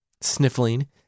Sniffling